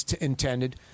intended